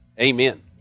Amen